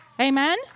Amen